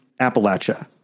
Appalachia